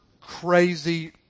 crazy